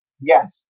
Yes